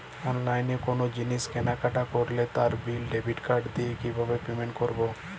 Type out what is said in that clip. অনলাইনে কোনো জিনিস কেনাকাটা করলে তার বিল ডেবিট কার্ড দিয়ে কিভাবে পেমেন্ট করবো?